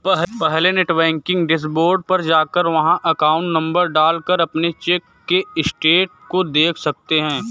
पहले net banking dashboard पर जाकर वहाँ अकाउंट नंबर डाल कर अपने चेक के स्टेटस को देख सकते है